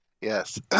Yes